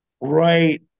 right